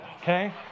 okay